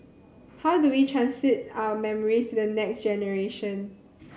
how do we transmit our memories to the next generation